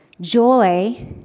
joy